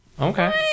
okay